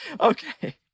Okay